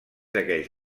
aquells